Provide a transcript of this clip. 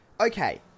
okay